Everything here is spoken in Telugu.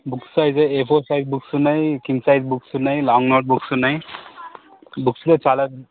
బుక్స్ అయితే ఏ ఫోర్ సైజ్ బుక్స్ ఉన్నాయి కింగ్ సైజ్ బుక్స్ ఉన్నాయి లాంగ్ నోట్ బుక్స్ ఉన్నాయి బుక్సులో చాలా